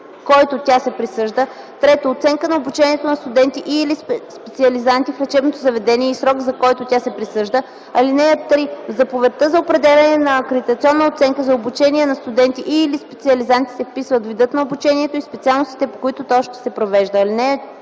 който тя се присъжда; 3. оценка на обучението на студенти и/или специализанти в лечебното заведение и срок, за който тя се присъжда. (3) В заповедта за определяне на акредитационна оценка за обучение на студенти и/или специализанти се вписват видът на обучението и специалностите, по които то се провежда.